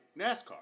NASCAR